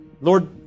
Lord